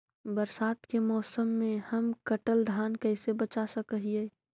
बरसात के मौसम में हम कटल धान कैसे बचा सक हिय?